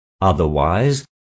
Otherwise